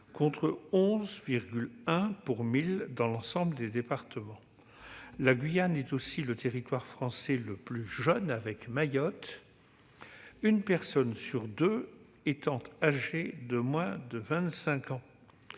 contre 11,1 ‰ dans l'ensemble des départements. La Guyane est aussi le territoire français le plus jeune, avec Mayotte, une personne sur deux étant âgée de moins de 25 ans.